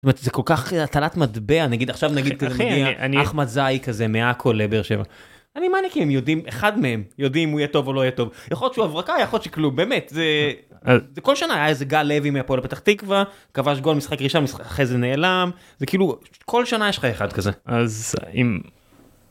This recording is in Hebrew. זה כל כך הטלת מטבע נגיד עכשיו נגיד אחמד זעיק הזה מהקולבר שלו. אני מניאק אם יודעים אחד מהם יודעים אם הוא יהיה טוב או לא יהיה טוב. יכול שהוא הברקה יכול להיות שכלום, באמת. זה כל שנה היה איזה גל לוי מהפועל פתח תקווה, כבש גול משחק ראשון אחרי זה נעלם זה כאילו כל שנה יש לך אחד כזה אז אם.